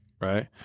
right